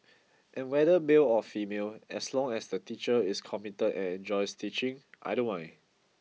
but whether male or female as long as the teacher is committed and enjoys teaching I don't mind